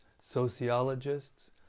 sociologists